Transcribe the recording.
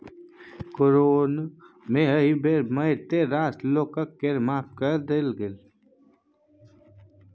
corona मे एहि बेर मारिते रास लोककेँ कर माफ भए गेलै